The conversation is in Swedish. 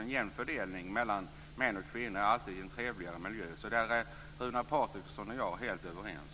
En jämn fördelning mellan män och kvinnor ger alltid en trevligare miljö. Runar Patriksson och jag är där helt överens.